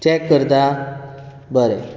check करता बरें